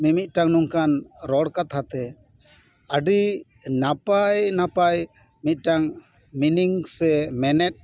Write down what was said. ᱢᱤᱢᱤᱫᱴᱟᱝ ᱱᱚᱝᱠᱟᱱ ᱨᱚᱲ ᱠᱟᱛᱷᱟ ᱛᱮ ᱟᱹᱰᱤ ᱱᱟᱯᱟᱭ ᱱᱟᱯᱟᱭ ᱢᱤᱫᱴᱟᱝ ᱢᱤᱱᱤᱝ ᱥᱮ ᱢᱮᱱᱮᱛ